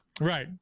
Right